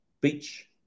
Beach